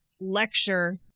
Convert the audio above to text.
lecture